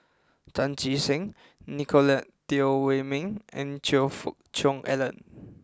Chan Chee Seng Nicolette Teo Wei Min and Choe Fook Cheong Alan